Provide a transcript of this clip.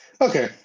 Okay